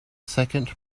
second